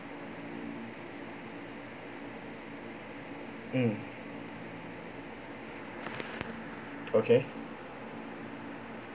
mm okay